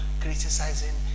criticizing